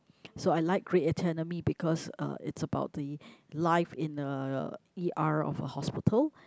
so I like grey anatomy because uh it's about the life in a E_R of a hospital